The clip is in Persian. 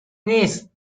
نیست